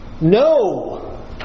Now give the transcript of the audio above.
No